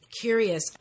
curious